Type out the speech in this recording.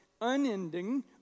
unending